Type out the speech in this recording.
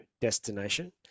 destination